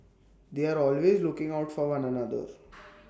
they are always looking out for one another